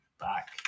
Back